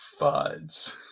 Fuds